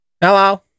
hello